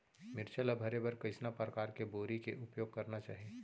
मिरचा ला भरे बर कइसना परकार के बोरी के उपयोग करना चाही?